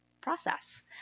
process